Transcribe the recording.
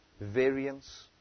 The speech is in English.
Variance